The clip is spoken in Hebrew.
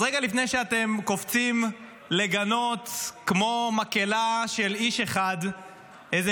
אז רגע לפני שאתם קופצים לגנות כמו מקהלה של איש אחד איזה